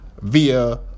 via